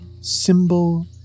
symbol